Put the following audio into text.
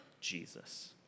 Jesus